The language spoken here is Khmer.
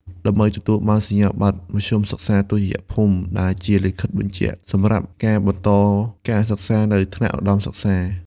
ដើម្បីទទួលបាន សញ្ញាបត្រមធ្យមសិក្សាទុតិយភូមិ ដែលជាលិខិតបញ្ជាក់សម្រាប់ការបន្តការសិក្សានៅថ្នាក់ឧត្តមសិក្សា។